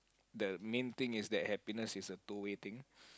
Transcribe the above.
the main thing is that happiness is a two way thing